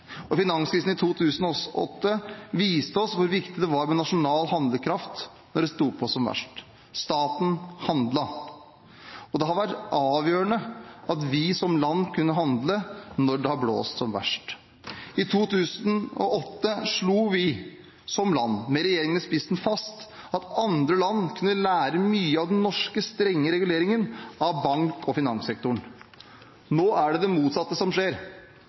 rett. Finanskrisen i 2008 viste oss hvor viktig det var med nasjonal handlekraft da det sto på som verst. Staten handlet, og det har vært avgjørende at vi som land har kunnet handle når det har blåst som verst. I 2008 slo vi som land, med regjeringen i spissen, fast at andre land kunne lære mye av den norske strenge reguleringen av bank- og finanssektoren. Nå skjer det motsatte.